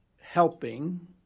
helping